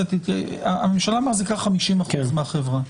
הממשלה מחזיקה 50% מהחברה,